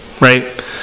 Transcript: right